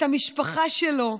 את המשפחה שלו.